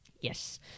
Yes